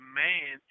man